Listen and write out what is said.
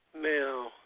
Now